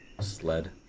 Sled